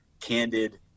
candid